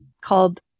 called